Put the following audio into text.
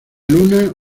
luna